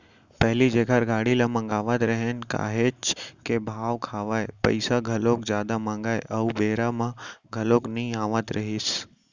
पहिली जेखर गाड़ी ल मगावत रहेन काहेच के भाव खावय, पइसा घलोक जादा मांगय अउ बेरा म घलोक नइ आवत रहिस